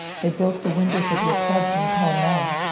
they broke the windows of your clubs in pall mall.